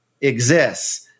exists